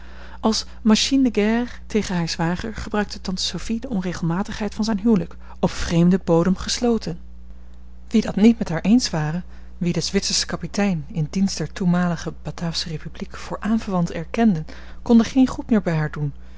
als machine de guerre tegen haar zwager gebruikte tante sophie de onregelmatigheid van zijn huwelijk op vreemden bodem gesloten wie dat niet met haar eens waren wie den zwitserschen kapitein in dienst der toenmalige bataafsche republiek voor aanverwant erkenden konden geen goed meer bij haar doen